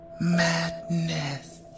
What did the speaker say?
Madness